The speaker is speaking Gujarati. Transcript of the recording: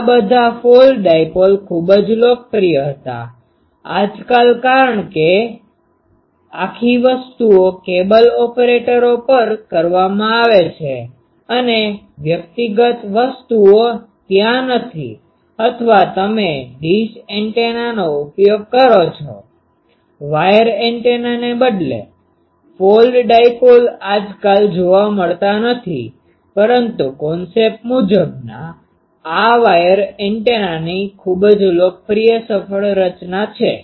આ બધા ફોલ્ડ ડાઈપોલ ખૂબ જ લોકપ્રિય હતા આજકાલ કારણ કે આખી વસ્તુઓ કેબલ ઓપરેટરો પર કરવામાં આવે છે અને વ્યક્તિગત વસ્તુઓ ત્યાં નથી અથવા તમે ડીશ એન્ટેનાનો ઉપયોગ કરો છો વાયર એન્ટેનાને બદલે ફોલ્ડ ડાઈપોલ આજકાલ જોવા મળતા નથી પરંતુ કોન્સેપ્ટ મુજબના આ વાયર એન્ટેનાની ખૂબ જ લોકપ્રિય સફળ રચના છે